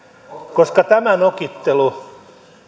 koska tämä nokittelu